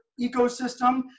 ecosystem